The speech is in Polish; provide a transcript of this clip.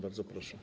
Bardzo proszę.